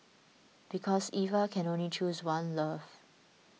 because Eva can only choose one love